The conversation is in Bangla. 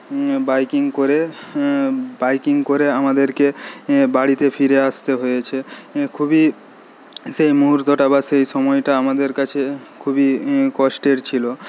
বাইকিং করে বাইকিং করে আমাদেরকে বাড়িতে ফিরে আসতে হয়েছে খুবই সেই মুহূর্তটা বা সেই সময়টা আমাদের কাছে খুবই কষ্টের ছিল